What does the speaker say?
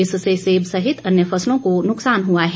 इससे सेब सहित अन्य फसलों को नुक्सान हुआ है